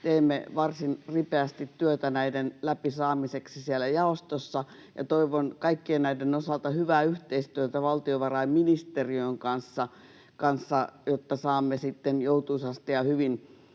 teemme varsin ripeästi työtä näiden läpi saamiseksi siellä jaostossa. Toivon kaikkien näiden osalta hyvää yhteistyötä valtiovarainministeriön kanssa, jotta saamme sitten joutuisasti ja hyvin